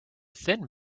thin